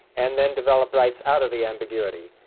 and then develop rights out of the ambiguity.